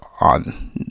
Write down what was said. on